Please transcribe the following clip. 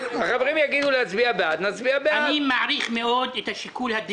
אנחנו לא מעבירים.